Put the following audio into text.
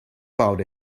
about